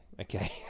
okay